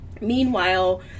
meanwhile